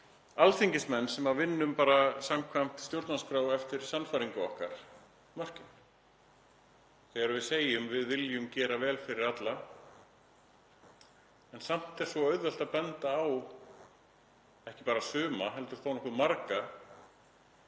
alþingismenn mörkin, sem vinnum bara samkvæmt stjórnarskrá, eftir sannfæringu okkar, þegar við segjum: Við viljum gera vel fyrir alla? En samt er svo auðvelt að benda á, ekki bara suma heldur þó nokkuð marga